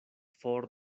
for